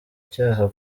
cyaha